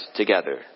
together